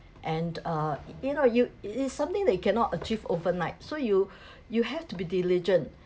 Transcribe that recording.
and uh you know you it is something that you cannot achieve overnight so you you have to be diligent